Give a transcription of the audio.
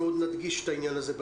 אני רוצה להעלות את נושא ההזנה.